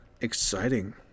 exciting